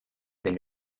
wenn